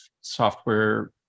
software